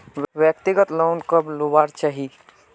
व्यक्तिगत लोन कब लुबार चही?